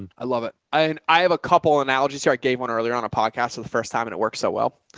and i love it. i and i have a couple analogies here. i gave one earlier on a podcast for the first time and it works so well.